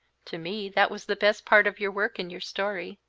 to me, that was the best part of your work in your story.